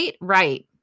Right